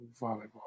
volleyball